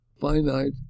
finite